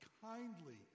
kindly